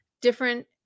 different